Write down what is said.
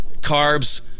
carbs